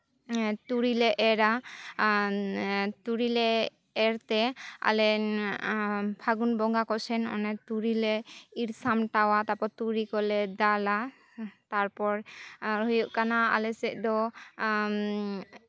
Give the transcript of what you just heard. ᱛᱩᱲᱤᱞᱮ ᱮᱨᱟ ᱟᱨ ᱛᱩᱲᱤᱞᱮ ᱮᱨ ᱛᱮ ᱟᱞᱮ ᱯᱷᱟᱹᱜᱩᱱ ᱵᱚᱸᱜᱟ ᱠᱚᱥᱮᱱ ᱚᱱᱮ ᱛᱩᱲᱤᱞᱮ ᱤᱨ ᱥᱟᱢᱴᱟᱣᱟ ᱛᱟᱨᱯᱚᱨ ᱛᱩᱲᱤ ᱠᱚᱞᱮ ᱫᱟᱞᱼᱟ ᱛᱟᱨᱯᱚᱨ ᱦᱩᱭᱩᱜ ᱠᱟᱱᱟ ᱟᱞᱮ ᱥᱮᱫ ᱫᱚ